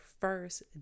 first